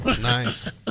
Nice